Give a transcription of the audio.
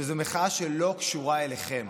שזו מחאה שלא קשורה אליכם.